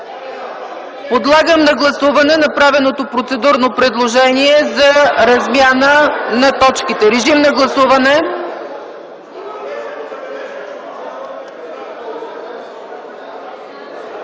Подлагам на гласуване направеното процедурно предложение за размяна на точките. Гласували